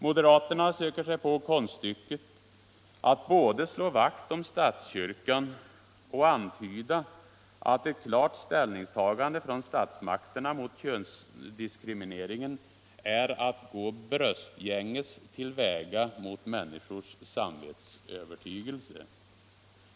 Moderaterna försöker sig på konststycket att både slå vakt om statskyrkan och antyda att ett klart ställningstagande från statsmakterna mot könsdiskrimineringen är att gå bröstgänges till väga mot människors samvetsövertygelse.